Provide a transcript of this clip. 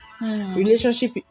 Relationship